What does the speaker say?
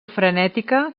frenètica